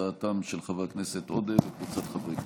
הצעתם של חבר הכנסת עודה וקבוצת חברי הכנסת.